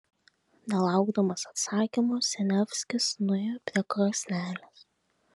nelaukdamas atsakymo siniavskis nuėjo prie krosnelės